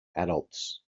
adults